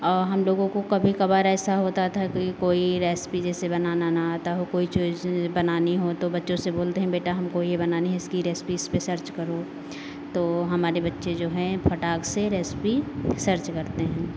और हम लोगों को कभी कभार ऐसा होता था कि कोई रेसिपी जैसे बनाना ना आता हो कोई चीज़ बनानी हो तो बच्चों से बोलते हैं बेटा हमको ये बनानी है इसकी रेसिपी इसपे सर्च करो तो हमारे बच्चे जो हैं फटाक से रेसिपी सर्च करते हैं